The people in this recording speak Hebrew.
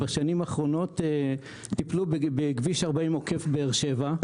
בשנים האחרונות טיפלו בכביש 40 עוקף באר שבע,